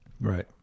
Right